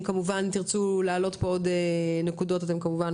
אם כמובן תרצו להעלות פה עוד נקודות אתם כמובן,